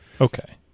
Okay